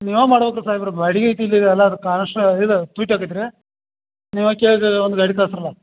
ನೀವು ಮಾಡ್ಬೇಕು ರೀ ಸಾಹೇಬರೇ ಬಾಡಿಗೆ ಐತಿ ಇಲ್ಲಿದ ಎಲ್ಲಾರು ಕಾಣಸ್ತಾ ಇಲ್ಲ ಟ್ವೀತ್ ಅಕ್ಕೆತ್ರೆ ನೀವು ಕೇಳಿದದೆ ಒಂದು ಗಾಡಿ ಕಳ್ಸ್ರಲ್ಲ